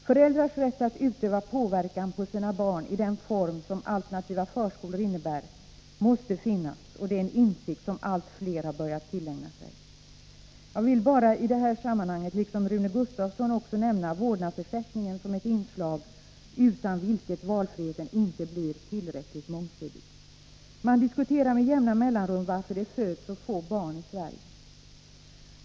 Föräldrars rätt att utöva påverkan på sina barn i den form som alternativa förskolor innebär måste finnas, och det är en insikt som allt fler har börjat tillägna sig. Jag vill också i det här sammanhanget liksom Rune Gustavsson nämna vårdplatsersättningen som ett inslag utan vilket valfriheten inte blir tillräckligt mångsidig. Man diskuterar med jämna mellanrum varför det föds så få barn i Sverige.